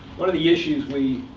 one of the issues we